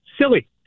silly